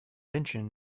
incheon